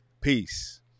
peace